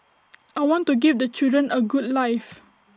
I want to give the children A good life